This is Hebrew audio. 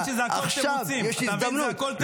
עכשיו יש הזדמנות.